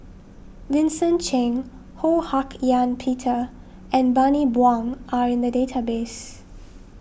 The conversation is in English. Vincent Cheng Ho Hak Ean Peter and Bani Buang are in the database